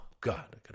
God